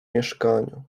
mieszkaniu